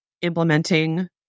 implementing